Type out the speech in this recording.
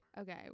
Okay